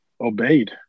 obeyed